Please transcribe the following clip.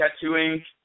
tattooing